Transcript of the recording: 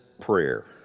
prayer